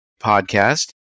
podcast